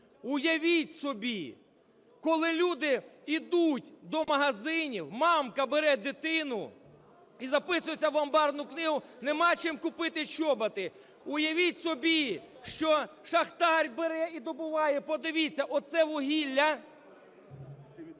Уявіть собі, коли люди йдуть до магазинів, мамка бере дитину і записується в амбарну книгу – нема чим купити чоботи. Уявіть собі, що шахтар бере і добуває, подивіться, оце вугілля.